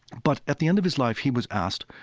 but at the end of his life he was asked,